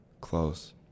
close